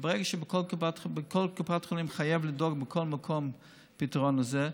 וברגע שכל קופת חולים חייבת לדאוג בכל מקום לפתרון הזה,